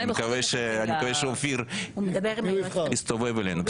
אני מקווה שאופיר יסתובב אלינו.